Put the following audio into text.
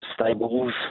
stables